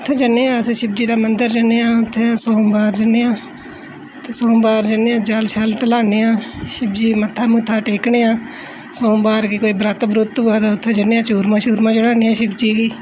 उत्थै जन्ने आं अस शिवजी दे मदंर जन्ने आं उत्थै सोमबार जन्ने आं सोमबार जन्ने आं जल शल टलाने हा शिवजी गी मत्था मुत्था टेकने हां सोमबार गी कोई बरत बुरत होऐ ते उत्थै जन्ने आं चूरमा शूरमा चड़ाने आं शिवजी गी